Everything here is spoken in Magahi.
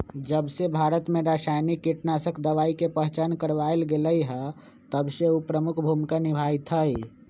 जबसे भारत में रसायनिक कीटनाशक दवाई के पहचान करावल गएल है तबसे उ प्रमुख भूमिका निभाई थई